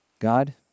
God